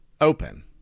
open